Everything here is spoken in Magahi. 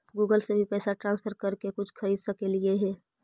गूगल से भी पैसा ट्रांसफर कर के कुछ खरिद सकलिऐ हे?